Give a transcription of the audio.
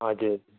हजुर